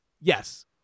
yes